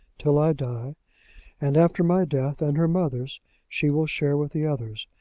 till i die and after my death and her mother's she will share with the others.